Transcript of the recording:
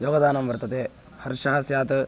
योगदानं वर्तते श्रीहर्षः स्यात्